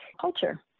culture